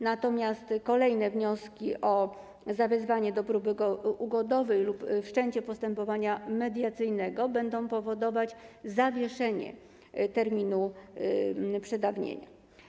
Natomiast kolejne wnioski o zawezwanie do próby ugodowej lub wszczęcie postępowania mediacyjnego będą powodować zawieszenie terminu przedawnienia.